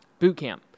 bootcamp